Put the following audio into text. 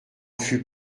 fut